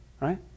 right